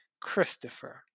Christopher